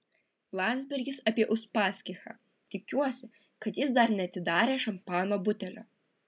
landsbergis apie uspaskichą tikiuosi kad jis dar neatidarė šampano butelio